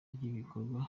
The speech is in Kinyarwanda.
ry’ibikorwa